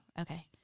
okay